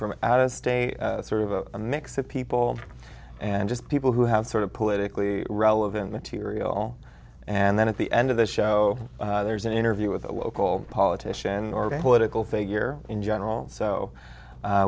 from out of state sort of a mix of people and just people who have sort of politically relevant material and then at the end of the show there's an interview with a local politician or political figure in general so